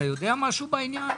אתה יודע משהו בעניין?